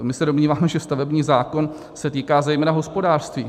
My se domníváme, že stavební zákon se týká zejména hospodářství.